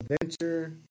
adventure